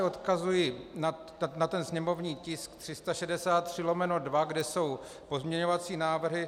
Odkazuji na sněmovní tisk 363/2, kde jsou pozměňovací návrhy.